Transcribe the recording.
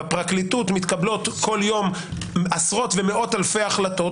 בפרקליטות מתקבלות כל יום עשרות ומאות אלפי החלטות,